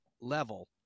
level